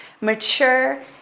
mature